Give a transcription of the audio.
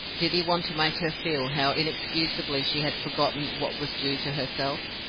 did he want to make her feel how inexcusably she had forgotten what was due to herself?